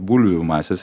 bulvių masės